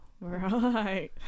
right